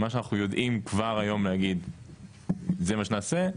מה שאנחנו יודעים כבר היום להגיד זה מה שנעשה.